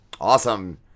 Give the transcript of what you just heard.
Awesome